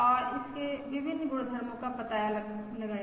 और इसके विभिन्न गुणधर्मो का पता लगाया